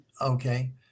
Okay